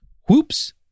whoops